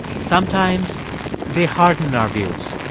sometimes they harden our views.